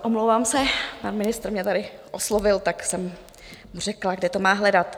Omlouvám se, pan ministr mě tady oslovil, tak jsem mu řekla, kde to má hledat.